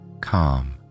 calm